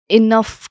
enough